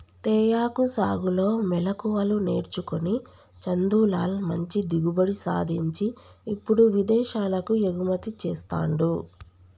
తేయాకు సాగులో మెళుకువలు నేర్చుకొని చందులాల్ మంచి దిగుబడి సాధించి ఇప్పుడు విదేశాలకు ఎగుమతి చెస్తాండు